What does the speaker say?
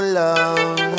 love